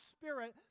spirit